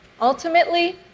Ultimately